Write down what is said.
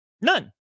None